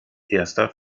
erster